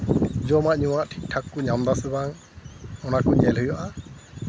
ᱡᱚᱢᱟᱜ ᱧᱩᱣᱟᱜ ᱴᱷᱤᱠ ᱴᱷᱟᱠ ᱠᱚ ᱧᱟᱢ ᱫᱟᱥᱮ ᱵᱟᱝ ᱚᱱᱟᱠᱚ ᱧᱮᱞ ᱦᱩᱭᱩᱜᱼᱟ